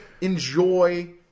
enjoy